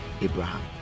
Abraham